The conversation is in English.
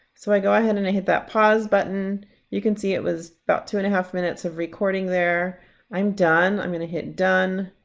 so i go ahead and i hit that pause button you can see it was about two and a half minutes of recording there i'm done i'm gonna hit done,